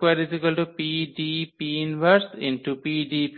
স্বাভাবিকভাবেই